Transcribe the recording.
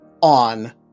on